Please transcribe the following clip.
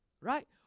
right